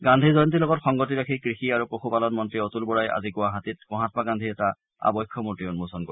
গান্ধী জয়ন্তীৰ লগত সংগতি ৰাখি কৃষি আৰু পশুপালন মন্ত্ৰী অতুল বৰাই আজি গুৱাহাটীত মহামা গান্ধীৰ এটা আৱক্ষ মূৰ্তি উন্মোচন কৰিব